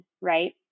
right